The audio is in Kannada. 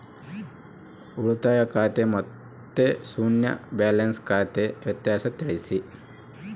ಉಳಿತಾಯ ಖಾತೆ ಮತ್ತೆ ಶೂನ್ಯ ಬ್ಯಾಲೆನ್ಸ್ ಖಾತೆ ವ್ಯತ್ಯಾಸ ತಿಳಿಸಿ?